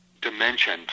dimension